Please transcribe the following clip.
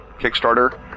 Kickstarter